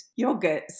yogurts